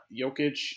Jokic